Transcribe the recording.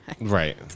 Right